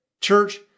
church